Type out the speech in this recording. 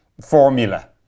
formula